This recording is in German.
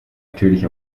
natürlich